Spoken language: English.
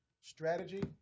strategy